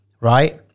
right